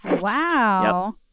Wow